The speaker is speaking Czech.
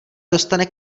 dostane